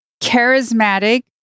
charismatic